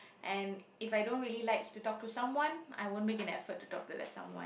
and if I don't really like to talk to someone I won't make an effort to talk to that someone